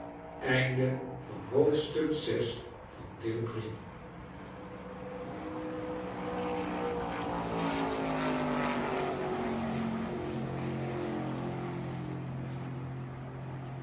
van het i